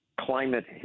climate